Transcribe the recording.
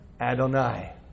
Adonai